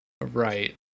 Right